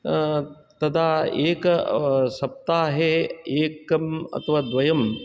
तदा एक सप्ताहे एकम् अथवा द्वयं